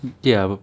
ya